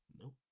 nope